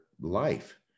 life